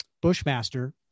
Bushmaster